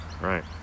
Right